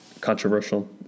Controversial